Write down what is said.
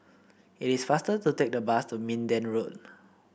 it is faster to take the bus to Minden Road